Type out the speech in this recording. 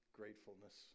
gratefulness